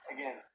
Again